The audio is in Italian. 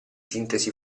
sintesi